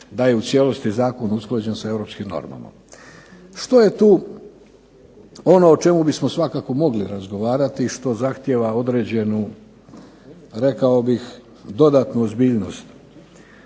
da je u cijelosti zakon usklađen sa europskim normama. Što je tu ono o čemu bismo svakako mogli razgovarati i što zahtijeva određenu rekao bih dodatnu ozbiljnost?